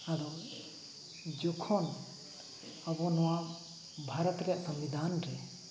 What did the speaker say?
ᱟᱫᱚ ᱡᱚᱠᱷᱚᱱ ᱟᱵᱚ ᱱᱚᱣᱟ ᱵᱷᱟᱨᱚᱛ ᱨᱮᱭᱟᱜ ᱥᱚᱝᱵᱤᱫᱷᱟᱱᱨᱮ